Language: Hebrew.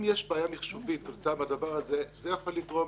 אם יש בעיה מחשובית כתוצאה מהדבר הזה זה יכול לגרום